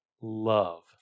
love